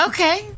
Okay